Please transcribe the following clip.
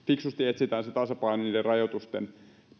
etsitään se tasapaino rajoitusten